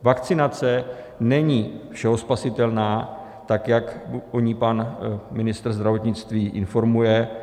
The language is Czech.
Vakcinace není všespasitelná, tak jak o ní pan ministr zdravotnictví informuje.